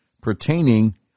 pertaining